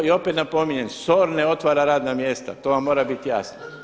I opet napominjem, SOR ne otvara radna mjesta, to vam mora biti jasno.